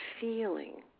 feeling